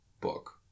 book